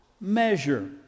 measure